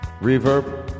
Reverb